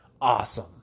awesome